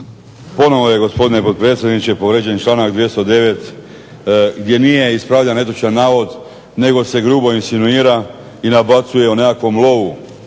Ponovo je gospodine potpredsjedniče povrijeđen članak 209. gdje nije ispravljen netočan navod, nego se grubo insinuira i nabacuje o nekakvom lovu.